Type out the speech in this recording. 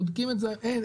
אין,